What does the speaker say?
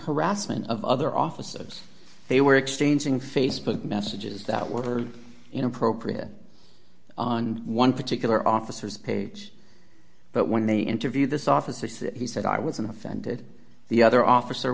harassment of other officers they were exchanging facebook messages that were inappropriate on one particular officers page but when they interviewed this officer he said i wasn't offended the other officer